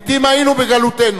פליטים היינו בגלותנו.